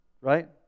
Right